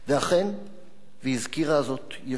והזכירה זאת יושבת-ראש האופוזיציה,